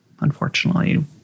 unfortunately